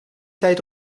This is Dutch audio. tijd